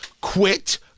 Quit